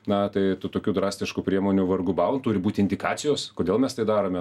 na tai tų tokių drastiškų priemonių vargu bau turi būti indikacijos kodėl mes tai darome